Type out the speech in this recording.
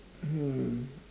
mm